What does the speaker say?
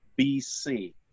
BC